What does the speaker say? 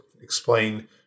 explain